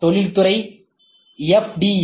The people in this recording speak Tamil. எஸ் தொழில்துறை எஃப்